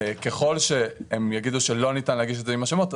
ככל שהלשכה המשפטית תאמר שלא ניתן להגיש את זה עם השמות,